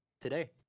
today